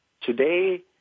Today